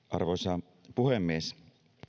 arvoisa puhemies